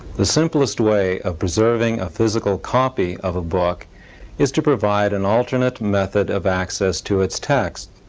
the simplest way of preserving a physical copy of a book is to provide an alternate method of access to its text.